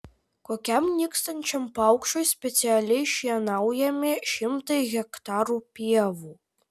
kokiam nykstančiam paukščiui specialiai šienaujami šimtai hektarų pievų